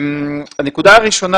נקודה ראשונה.